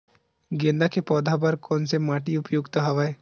गेंदा के पौधा बर कोन से माटी उपयुक्त हवय?